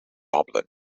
dublin